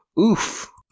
Oof